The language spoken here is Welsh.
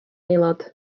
aelod